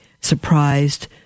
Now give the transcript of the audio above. Surprised